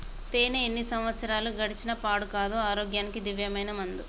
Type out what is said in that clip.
తేనే ఎన్ని సంవత్సరాలు గడిచిన పాడు కాదు, ఆరోగ్యానికి దివ్యమైన మందు